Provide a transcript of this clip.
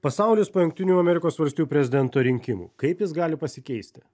pasaulis po jungtinių amerikos valstijų prezidento rinkimų kaip jis gali pasikeisti